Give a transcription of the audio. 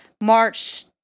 March